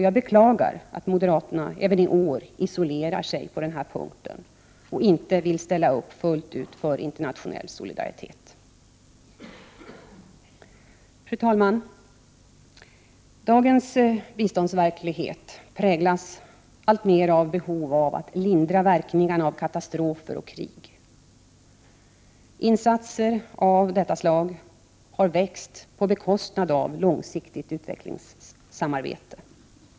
Jag beklagar att moderaterna även i år isolerar sig på denna punkt och inte vill ställa upp fullt ut för internationell solidaritet. Fru talman! Dagens biståndsverklighet präglas alltmer av behovet av att lindra verkningarna av katastrofer och krig. Insatser av detta slag har växt på bekostnad av långsiktigt utvecklingssamarbete.